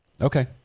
Okay